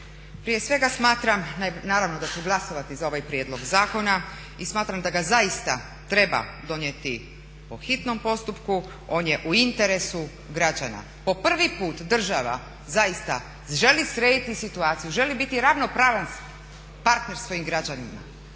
prije svega smatram, naravno da ću glasovati za ovaj prijedlog zakona i smatram da ga zaista treba donijeti po hitnom postupku. On je u interesu građana. Po prvi put država zaista želi srediti situaciju, želi biti ravnopravan partner svojim građanima,